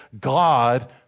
God